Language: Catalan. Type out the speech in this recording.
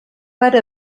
per